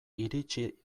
iritsi